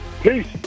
Peace